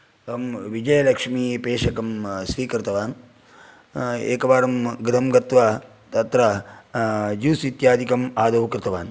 अहं विजयलक्ष्मी पेषकं स्वीकृतवान् एकवारं गृहं गत्वा तत्र जूस् इत्यादिकम् आदौ कृतवान्